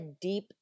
deep